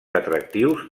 atractius